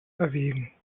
erwägen